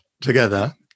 together